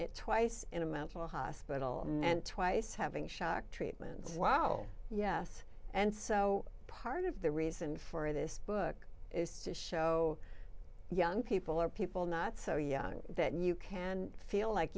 twice in a mental hospital and twice having shock treatment wow yes and so part of the reason for this book is to show young people or people not so young that you can feel like